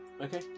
Okay